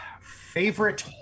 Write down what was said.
favorite